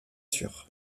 sûr